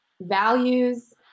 values